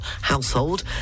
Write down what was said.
household